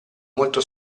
molto